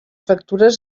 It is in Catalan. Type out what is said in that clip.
factures